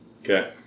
Okay